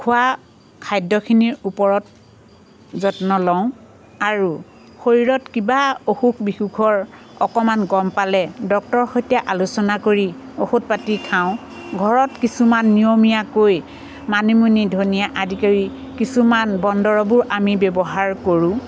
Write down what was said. খোৱা খাদ্যখিনিৰ ওপৰত যত্ন লওঁ আৰু শৰীৰত কিবা অসুখ বিসুখৰ অকণমান গম পালে ডক্তৰ সৈতে আলোচনা কৰি ঔষধ পাতি খাওঁ ঘৰত কিছুমান নিয়মীয়াকৈ মানিমুনি ধনিয়া আদি কৰি কিছুমান বন দৰৱো আমি ব্যৱহাৰ কৰোঁ